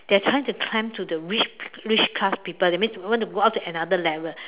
they are trying to climb to the rich rich class people that means want to go up to another level